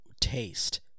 taste